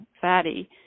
fatty